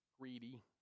Greedy